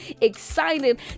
excited